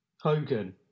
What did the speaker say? Hogan